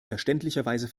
verständlicherweise